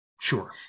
Sure